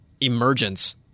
emergence